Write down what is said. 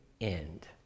end